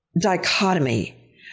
dichotomy